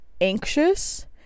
anxious